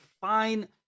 fine